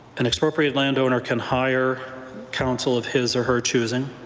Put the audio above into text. and expropriated landowner can hire counsel of his or her choosing.